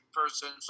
person